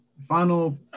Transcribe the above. Final